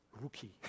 rookie